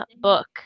book